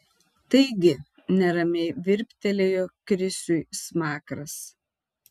taigi neramiai virptelėjo krisiui smakras